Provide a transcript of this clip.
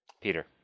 Peter